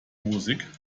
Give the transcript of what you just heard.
musik